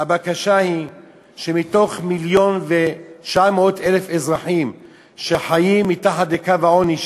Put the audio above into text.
הבקשה היא שכשממיליון ו-900,000 אזרחים חיים מתחת לקו העוני,